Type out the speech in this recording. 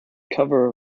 cover